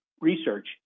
research